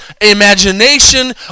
imagination